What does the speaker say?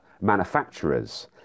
manufacturers